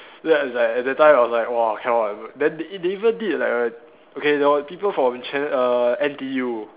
that is like at that time I was like !wah! cannot one then they even did like a there were people from Channel err N_T_U